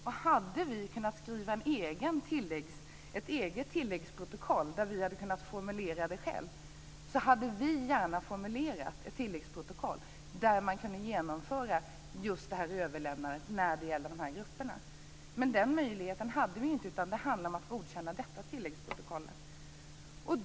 Och om vi hade kunnat skriva ett eget tilläggsprotokoll där vi hade kunna formulera detta själva, hade vi gärna formulerat ett tilläggsprotokoll med vilket man kunde genomföra detta överlämnande när det gäller dessa grupper. Men den möjligheten hade vi ju inte, utan det handlade om att godkänna detta tilläggsprotokoll.